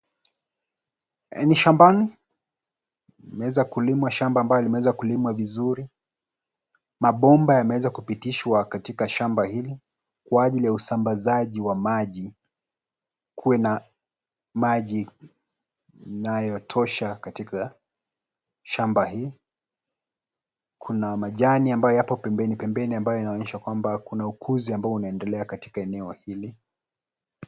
Ni shambani, imeweza kulimwa shamba ambalo limeweza kulimwa vizuri, mabomba yameweza kupitishwa katika shamba hili, kwa ajili ya usambazaji wa maji, kuwe na, maji, inayotosha katika, shamba hii, kuna majani ambayo yapo pembeni pembeni ambayo inaonyesha kwamba kuna ukuzi ambao unaendelea katika eneo hili.